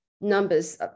numbers